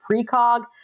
precog